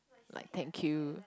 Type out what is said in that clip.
like thank you